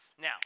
Now